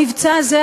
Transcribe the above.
המבצע הזה,